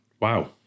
Wow